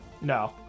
No